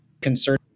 concern